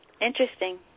Interesting